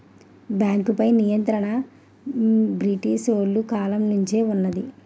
బేంకుపై నియంత్రణ బ్రిటీసోలు కాలం నుంచే వున్నది